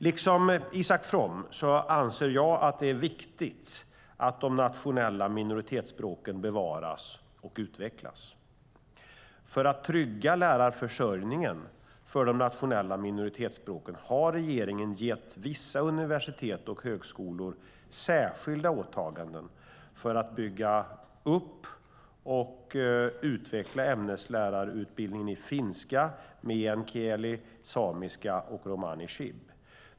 Liksom Isak From anser jag att det är viktigt att de nationella minoritetsspråken bevaras och utvecklas. För att trygga lärarförsörjningen för de nationella minoritetsspråken har regeringen gett vissa universitet och högskolor särskilda åtaganden för att bygga upp och utveckla ämneslärarutbildningen i finska, meänkieli, samiska och romani chib.